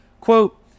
Quote